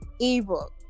ebook